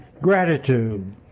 gratitude